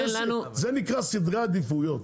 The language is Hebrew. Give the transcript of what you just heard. לכן, לנו --- זה נקרא סדרי עדיפויות.